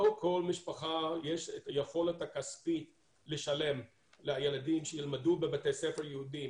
לא לכל משפחה יש את היכולת הכספית לשלם לילדים שילמדו בבתי ספר יהודיים.